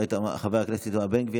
חבר הכנסת איתמר בן גביר.